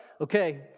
Okay